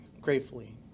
Gratefully